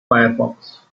firefox